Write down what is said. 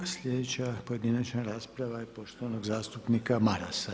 Sljedeća pojedinačna rasprava je poštovanog zastupnika Marasa.